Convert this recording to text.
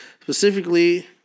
specifically